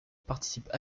participent